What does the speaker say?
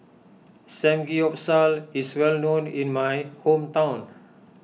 Samgeyopsal is well known in my hometown